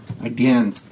Again